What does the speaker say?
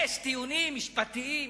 יש טיעונים משפטיים?